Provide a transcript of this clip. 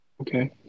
Okay